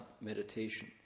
meditation